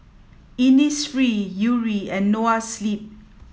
Innisfree Yuri and Noa Sleep